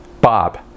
Bob